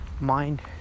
mind